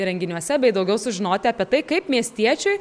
renginiuose bei daugiau sužinoti apie tai kaip miestiečiui